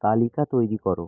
তালিকা তৈরি করো